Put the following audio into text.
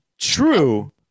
true